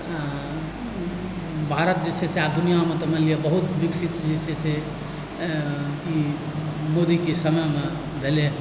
भारत जे छै से आब दुनिआँमे तऽ मानि लिअ बहुत विकसित जे छै से ई मोदीके समयमे भेलै हँ